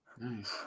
nice